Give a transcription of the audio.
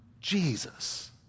Jesus